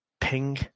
Ping